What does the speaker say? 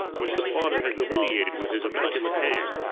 which the father has delineated with his immaculate hand,